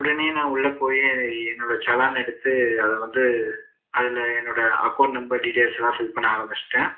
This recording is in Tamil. உடனே நான் உள்ளே போய் என்னோட செலானை எடுத்து அதை வந்து அதில் என்னோட அக்கௌண்ட் நம்பர் டீட்டெயில்ஸ்லாம் ஃபில் பண்ண ஆரம்பிச்சுட்டேன்